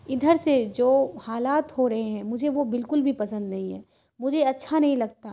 ادھر سے جو حالات ہو رہے ہیں مجھے وہ بالکل بھی پسند نہیں ہیں مجھے اچھا نہیں لگتا